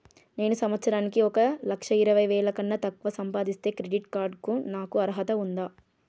నేను సంవత్సరానికి ఒక లక్ష ఇరవై వేల కన్నా తక్కువ సంపాదిస్తే క్రెడిట్ కార్డ్ కు నాకు అర్హత ఉందా?